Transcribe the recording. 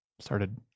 started